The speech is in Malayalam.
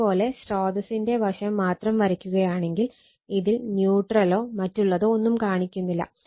ഇതേ പോലെ സ്രോതസ്സിന്റെ വശം മാത്രം വരക്കുകയാണെങ്കിൽ ഇതിൽ ന്യൂട്രലോ മറ്റുള്ളതോ ഒന്നും കാണിക്കുന്നില്ല